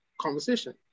conversation